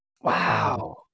wow